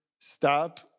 stop